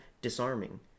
Disarming